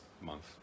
month